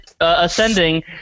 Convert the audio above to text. ascending